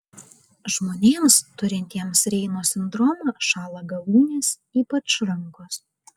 žmonėms turintiems reino sindromą šąla galūnės ypač rankos